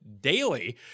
Daily